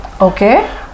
Okay